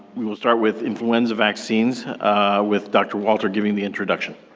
we will start with influenza vaccines with dr. walter giving the introduction.